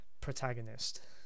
protagonist